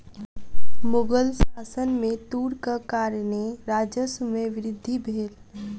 मुग़ल शासन में तूरक कारणेँ राजस्व में वृद्धि भेल